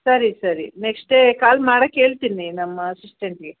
ಸರಿ ಸರಿ next day call ಮಾಡಕ್ಕೆ ಹೇಳ್ತೀನಿ ನಮ್ಮ ಅಸಿಶ್ಟೆಂಟ್ಗೆ